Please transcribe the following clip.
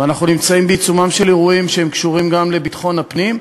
ואנחנו נמצאים בעיצומם של אירועים שהם קשורים גם לביטחון הפנים,